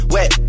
Wet